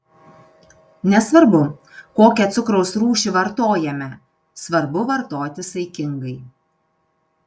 nesvarbu kokią cukraus rūšį vartojame svarbu vartoti saikingai